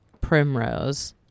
Primrose